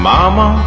Mama